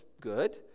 good